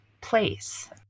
place